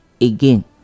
again